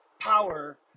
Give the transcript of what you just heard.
power